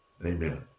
Amen